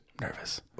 Nervous